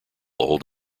old